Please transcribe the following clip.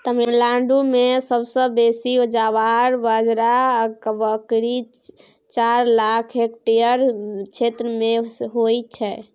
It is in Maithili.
तमिलनाडु मे सबसँ बेसी ज्वार बजरा करीब चारि लाख हेक्टेयर क्षेत्र मे होइ छै